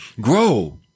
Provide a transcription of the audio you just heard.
Grow